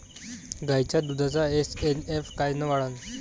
गायीच्या दुधाचा एस.एन.एफ कायनं वाढन?